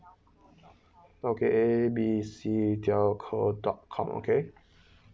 okay A B C telco dot com okay